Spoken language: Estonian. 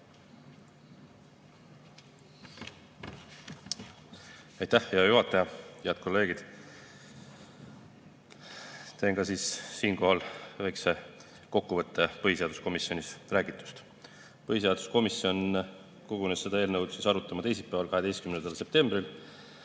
Aitäh, hea juhataja! Head kolleegid! Teen siinkohal väikese kokkuvõtte põhiseaduskomisjonis räägitust. Põhiseaduskomisjon kogunes seda eelnõu arutama teisipäeval, 12. septembril